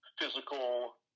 physical